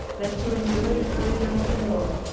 than to enjoy the freedom of the north.